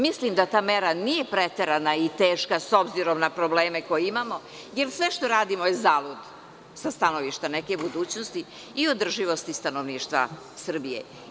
Mislim da ta mera nije preterana i teška s obzirom na probleme koje imamo, jer sve što radimo je zaludno sa stanovišta neke budućnosti i održivosti stanovništva Srbije.